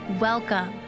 Welcome